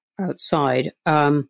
outside